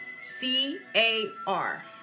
C-A-R